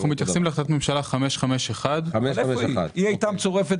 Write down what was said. אתם מתייחסים --- אנחנו מתייחסים